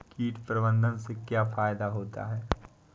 कीट प्रबंधन से क्या फायदा होता है?